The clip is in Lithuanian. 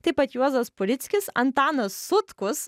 taip pat juozas purickis antanas sutkus